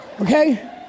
okay